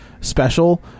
Special